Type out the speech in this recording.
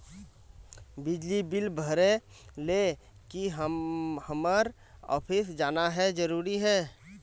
बिजली बिल भरे ले की हम्मर ऑफिस जाना है जरूरी है?